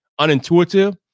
unintuitive